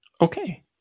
Okay